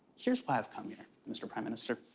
here's why i've come here, mr. prime minister.